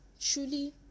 truly